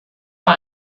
war